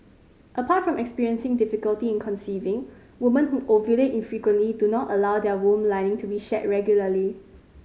apart from experiencing difficulty in conceiving women who ovulate infrequently do not allow their womb lining to be shed regularly